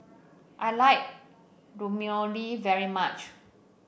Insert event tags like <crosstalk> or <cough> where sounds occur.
I like <unintelligible> very much